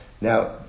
Now